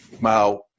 Mao